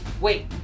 Wait